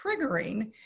triggering